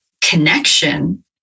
connection